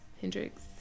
Hendrix